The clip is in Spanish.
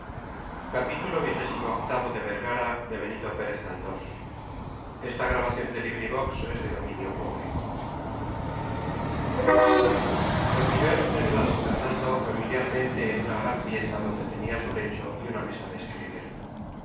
decía inquisivi recibió el general a d fernando familiarmente en una gran pieza donde tenía su lecho y una mesa de escribir